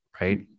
right